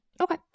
Okay